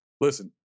Listen